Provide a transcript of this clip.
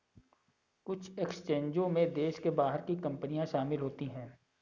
कुछ एक्सचेंजों में देश के बाहर की कंपनियां शामिल होती हैं